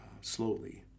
slowly